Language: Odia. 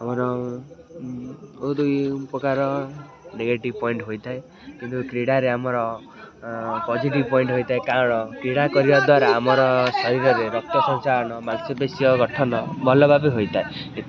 ଆମର ପ୍ରକାର ନେଗେଟିଭ୍ ପଏଣ୍ଟ୍ ହୋଇଥାଏ କିନ୍ତୁ କ୍ରୀଡ଼ାରେ ଆମର ପଜିଟିଭ୍ ପଏଣ୍ଟ୍ ହୋଇଥାଏ କାରଣ କ୍ରୀଡ଼ା କରିବା ଦ୍ୱାରା ଆମର ଶରୀରରେ ରକ୍ତ ସଞ୍ଚାଳନ ମାଂସପେଶୀୟ ଗଠନ ଭଲ ଭାବେ ହୋଇଥାଏ